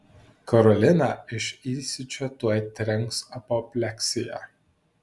karoliną iš įsiūčio tuoj trenks apopleksija